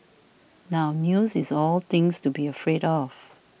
now news is all things to be afraid of